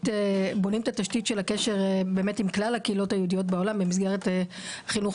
בונים את התשתית של הקשר עם כלל הקהילות היהודיות בעולם במסגרת החינוך